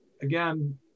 Again